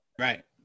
Right